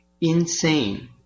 insane